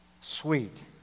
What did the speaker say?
sweet